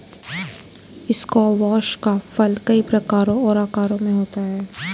squash का फल कई प्रकारों और आकारों में होता है